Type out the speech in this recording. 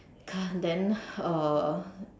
then uh